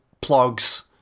plugs